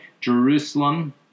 Jerusalem